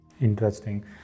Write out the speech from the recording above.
Interesting